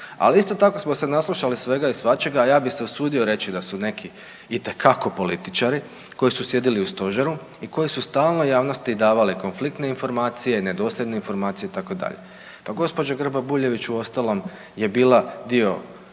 Ali isto tako smo se naslušali svega i svačega, a ja bi se usudio reći da su neki itekako političari koji su sjedili u stožeru i koji stalno javnosti davali konfliktne informacije, nedosljedne informacije itd.. Pa gđa. Grba Bujević uostalom je bila dio